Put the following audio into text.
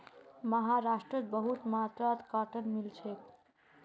महाराष्ट्रत बहुत मात्रात कॉटन मिल छेक